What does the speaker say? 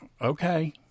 Okay